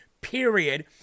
Period